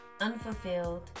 unfulfilled